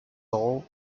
law